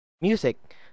music